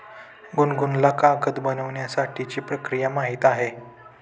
गुनगुनला कागद बनवण्याची प्रक्रिया माहीत आहे